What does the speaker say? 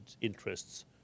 interests